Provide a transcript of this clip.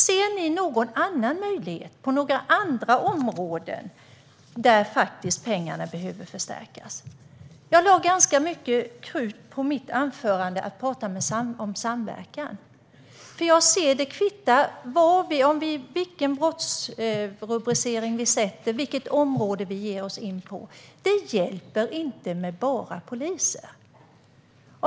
Ser ni någon annan möjlighet, på några andra områden, där resurserna behöver förstärkas? I mitt anförande lade jag ganska mycket krut på att tala om samverkan. Det kvittar vilken brottsrubricering vi sätter eller vilket område vi ger oss in på - det hjälper inte med bara poliser.